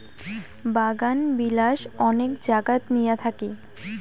বাগানবিলাস অনেক জাগাত নিয়া থাকি